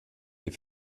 sie